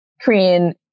Korean